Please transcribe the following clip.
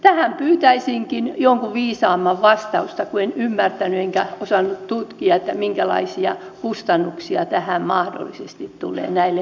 tähän pyytäisinkin jonkun viisaamman vastausta kun en ymmärtänyt enkä osannut tutkia minkälaisia kustannuksia tähän mahdollisesti tulee näille asianomaisille tahoille